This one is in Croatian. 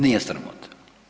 Nije sramota.